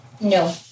No